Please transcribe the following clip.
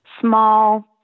Small